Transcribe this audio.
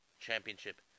Championship